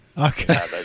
Okay